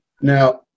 Now